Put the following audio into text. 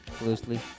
loosely